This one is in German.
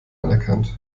anerkannt